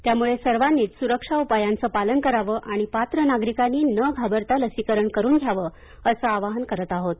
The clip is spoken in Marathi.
त्यामुळे सर्वांनीच सुरक्षा उपायांचं पालन करावं आणि पात्र नागरिकांनी न घाबरता लसीकरण करून घ्यावं असं आवाहन करत आहोत